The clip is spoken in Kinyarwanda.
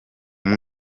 muri